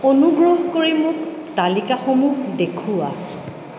অনুগ্ৰহ কৰি মোক তালিকাসমূহ দেখুওৱা